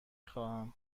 خواهم